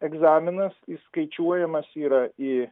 egzaminas įskaičiuojamas yra į